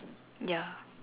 ya